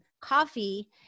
coffee